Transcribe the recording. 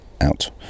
out